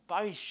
Parish